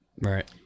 Right